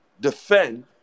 defend